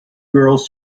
girls